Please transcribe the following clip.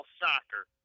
soccer